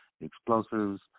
explosives